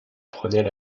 prenait